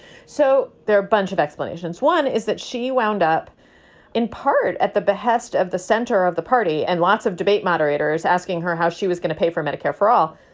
so there are bunch of explanations. one is that she wound up in part at the behest of the center of the party and lots of debate moderators asking her how she was going to pay for medicare for all.